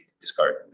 discard